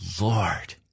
Lord